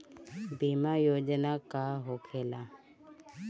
बीमा योजना का होखे ला?